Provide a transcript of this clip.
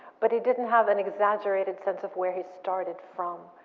but he didn't have an exaggerated sense of where he started from.